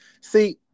See